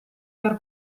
per